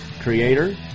creator